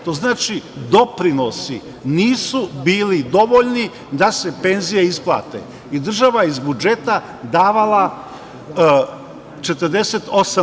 To znači da doprinosi nisu bili dovoljni da se penzije isplate i država je iz budžeta davala 48%